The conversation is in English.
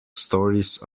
stories